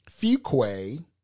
Fuquay